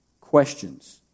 questions